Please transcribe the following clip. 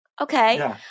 Okay